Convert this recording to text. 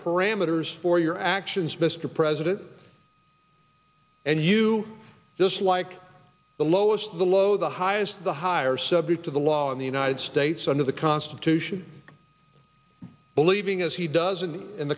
parameters for your actions mr president and you just like the lowest of the low the highest the higher subject of the law in the united states under the constitution believing as he does and